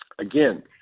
again